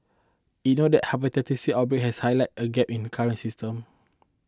it noted how be that the Hepatitis C outbreak has highlighted a gap in the current system